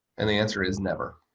and the answer is never.